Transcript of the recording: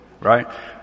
right